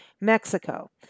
Mexico